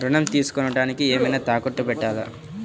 ఋణం తీసుకొనుటానికి ఏమైనా తాకట్టు పెట్టాలా?